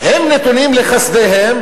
הם נתונים לחסדיהם